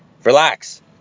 Relax